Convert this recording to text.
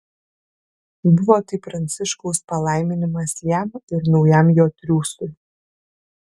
buvo tai pranciškaus palaiminimas jam ir naujam jo triūsui